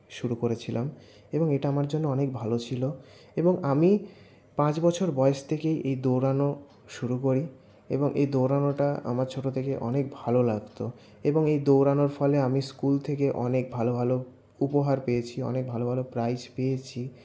শুরু করেছিলাম এবং এটা আমার জন্য অনেক ভালো ছিল এবং আমি পাঁচ বছর বয়স থেকেই এই দৌড়ানো শুরু করি এবং এই দৌড়ানোটা আমার ছোট থেকেই অনেক ভালো লাগতো এবং এই দৌড়ানোর ফলে আমি স্কুল থেকে অনেক ভালো ভালো উপহার পেয়েছি অনেক ভালো ভালো প্রাইজ পেয়েছি